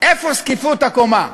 איפה זקיפות הקומה?